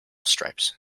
stripes